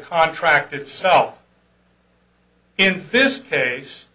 contract itself in this case